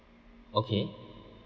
okay